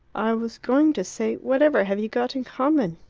i was going to say whatever have you got in common?